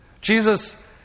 Jesus